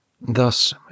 Thus